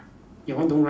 your one don't write